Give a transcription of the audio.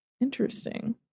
Interesting